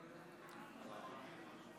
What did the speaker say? אדוני היושב-ראש.